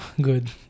good